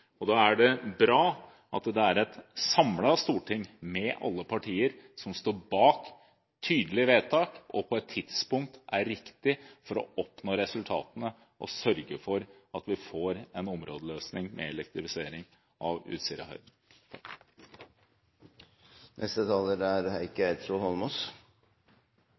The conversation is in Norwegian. gjennomfører. Da er det bra at det er et samlet storting, med alle partier, som står bak et tydelig vedtak, og på et tidspunkt som er riktig for å oppnå resultatene og sørge for at vi får en områdeløsning med elektrifisering av Utsirahøyden.